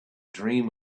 dream